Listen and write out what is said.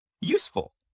Useful